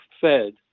fed